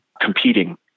competing